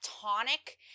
tonic